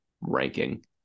Ranking